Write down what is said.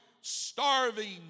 starving